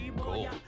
Cool